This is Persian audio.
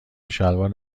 شلوار